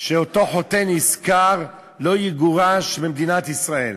שאותו חוטא נשכר יגורש ממדינת ישראל?